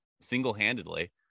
single-handedly